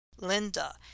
Linda